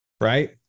right